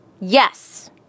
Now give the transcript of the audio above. Yes